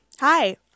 Hi